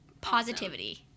positivity